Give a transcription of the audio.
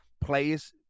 players